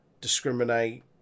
discriminate